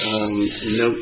and you know